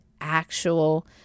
actual